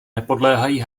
nepodléhají